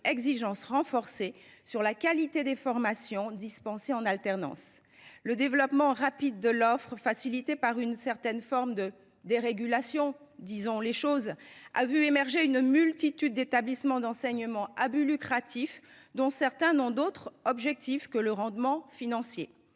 exigences quant à la qualité des formations dispensées en alternance. Le développement rapide de l’offre, facilité par une certaine forme de dérégulation – disons les choses –, se caractérise par l’émergence d’une multitude d’établissements d’enseignement à but lucratif, dont certains n’ont d’autre objectif que le rendement financier.